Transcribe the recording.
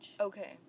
Okay